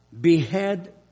behead